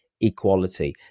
equality